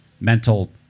mental